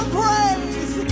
praise